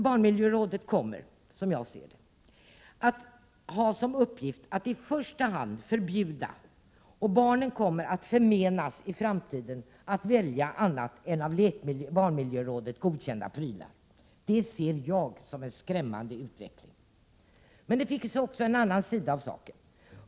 Barnmiljörådet kommer, som jag ser det, att se som sin uppgift att i första hand förbjuda dessa leksaker, och barnen kommer i framtiden att förmenas rätten att välja andra än av barnmiljörådet godkända prylar. Jag ser detta såsom en skrämmande utveckling. Men det finns också en annan sida av saken.